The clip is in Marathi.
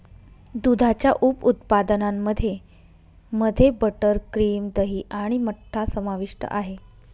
दुधाच्या उप उत्पादनांमध्ये मध्ये बटर, क्रीम, दही आणि मठ्ठा समाविष्ट आहे